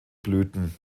blüten